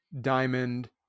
diamond